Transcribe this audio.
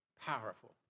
powerful